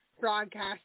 broadcast